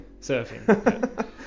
Surfing